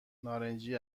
نارنجی